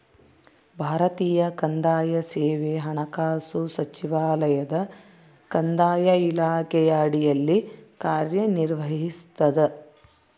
ಭಾರತೀಯ ಕಂದಾಯ ಸೇವೆ ಹಣಕಾಸು ಸಚಿವಾಲಯದ ಕಂದಾಯ ಇಲಾಖೆಯ ಅಡಿಯಲ್ಲಿ ಕಾರ್ಯನಿರ್ವಹಿಸ್ತದ